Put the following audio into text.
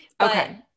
Okay